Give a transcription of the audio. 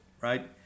right